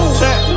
check